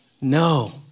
No